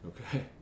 Okay